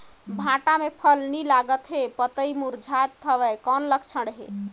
भांटा मे फल नी लागत हे पतई मुरझात हवय कौन लक्षण हे?